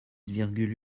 virgule